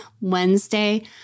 Wednesday